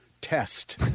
test